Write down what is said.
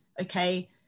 okay